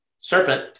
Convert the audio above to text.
serpent